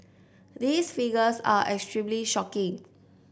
these figures are extremely shocking